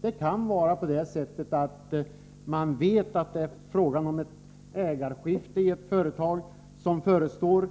Det kan vara på det sättet att man vet att ett ägarskifte förestår i ett företag.